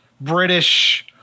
British